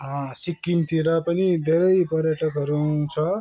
सिक्किमतिर पनि धेरै पर्यटकहरू आउँछ